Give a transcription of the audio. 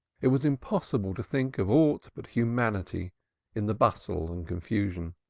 it was impossible to think of aught but humanity in the bustle and confusion,